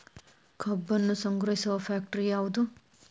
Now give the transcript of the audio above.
ಕಬ್ಬನ್ನು ಸಂಗ್ರಹಿಸುವ ಫ್ಯಾಕ್ಟರಿ ಯಾವದು?